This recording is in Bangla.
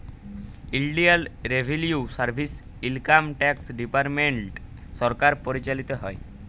ইলডিয়াল revenue service, income tax department সরকার পরিচালিত হ্যয়